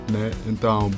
então